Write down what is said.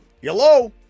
Hello